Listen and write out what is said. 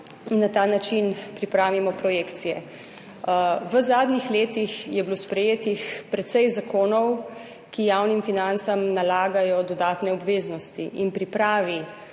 in na ta način pripravimo projekcije. V zadnjih letih je bilo sprejetih precej zakonov, ki javnim financam nalagajo dodatne obveznosti. In pripravi